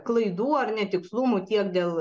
klaidų ar netikslumų tiek dėl